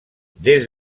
des